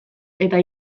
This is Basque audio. eta